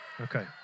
Okay